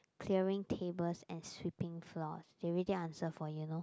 clearing tables and sweeping floors they already answer for you no